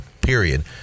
Period